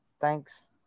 thanks